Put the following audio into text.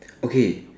okay